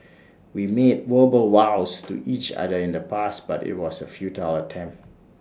we made verbal vows to each other in the past but IT was A futile attempt